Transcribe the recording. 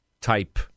type